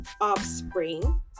offspring